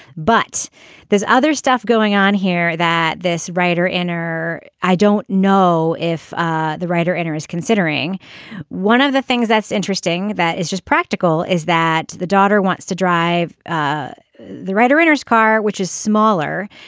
but there's other stuff going on here that this writer inner i don't know if ah the writer in is considering one of the things that's interesting that is just practical is that the daughter wants to drive ah the writer in his car which is smaller.